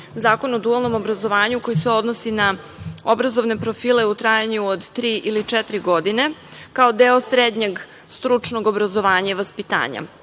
Zakon o dualnom obrazovanju koji se odnosi na obrazovne profile u trajanju od tri ili četiri godine, kao deo srednjeg stručnog obrazovanja i vaspitanja.